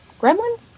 Gremlins